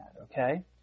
okay